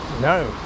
No